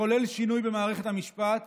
לחולל שינוי במערכת המשפט,